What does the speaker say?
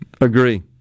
Agree